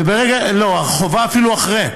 לא, החובה אפילו אחרי,